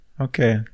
okay